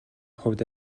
хувьд